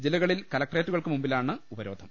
ജില്ലകളിൽ കലക്ട്രേ റ്റുകൾക്ക് മുന്നിലാണ് ഉപരോധം